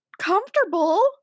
comfortable